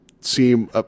seem